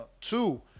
two